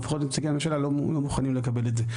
כלומר לפחות נציגי הממשלה לא מוכנים לקבל את זה.